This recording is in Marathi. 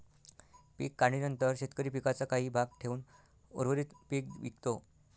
पीक काढणीनंतर शेतकरी पिकाचा काही भाग ठेवून उर्वरित पीक विकतो